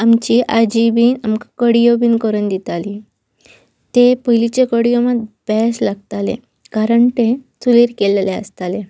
आमची आजी बीन आमकां कडयो बीन करून दिताली ते पयलींचे कडयो मात बेस्ट लागताले कारण तें चुलीर केल्लेलें आसतालें